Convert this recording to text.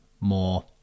more